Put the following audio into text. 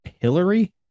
hillary